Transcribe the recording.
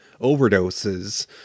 overdoses